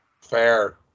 fair